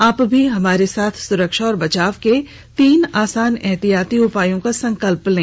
आप भी हमारे साथ सुरक्षा और बचाव के तीन आसान एहतियाती उपायों का संकल्प लें